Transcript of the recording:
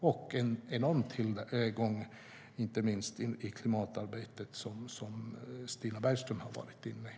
Inte minst är skogen en enorm tillgång i klimatarbetet, som Stina Bergström var inne på.